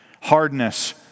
hardness